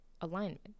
alignment